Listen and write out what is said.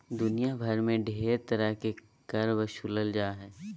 दुनिया भर मे ढेर तरह के कर बसूलल जा हय